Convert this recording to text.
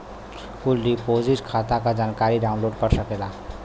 कुल डिपोसिट खाता क जानकारी डाउनलोड कर सकेला